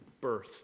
birth